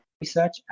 research